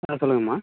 ஆ சொல்லுங்கம்மா